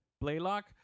Blaylock